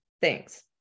Thanks